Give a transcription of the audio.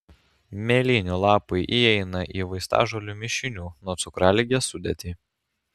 mėlynių lapai įeina į vaistažolių mišinių nuo cukraligės sudėtį